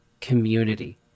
community